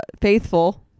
faithful